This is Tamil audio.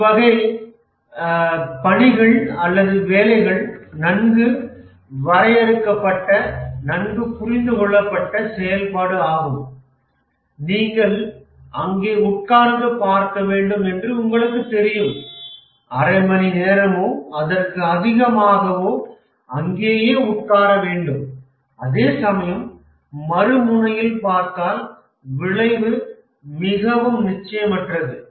இவ்வகை பணிகள் அல்லது வேலைகள் நன்கு வரையறுக்கப்பட்ட நன்கு புரிந்துகொள்ளப்பட்ட செயல்பாடு ஆகும் நீங்கள் அங்கே உட்கார்ந்து பார்க்க வேண்டும் என்று உங்களுக்குத் தெரியும் அரை மணி நேரமோ அதற்க்கு அதிகமாகவோ அங்கேயே உட்கார வேண்டும் அதேசமயம் மறுமுனையில் பார்த்தல் விளைவு மிகவும் நிச்சயமற்றது